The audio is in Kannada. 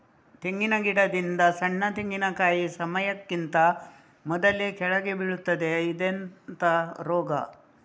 ತೆಂಗಿನ ಗಿಡದಿಂದ ಸಣ್ಣ ತೆಂಗಿನಕಾಯಿ ಸಮಯಕ್ಕಿಂತ ಮೊದಲೇ ಕೆಳಗೆ ಬೀಳುತ್ತದೆ ಇದೆಂತ ರೋಗ?